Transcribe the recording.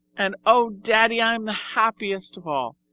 and oh, daddy! i'm the happiest of all!